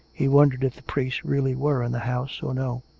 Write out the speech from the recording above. he wondered if the priest really were in the house or no.